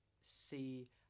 see